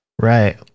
Right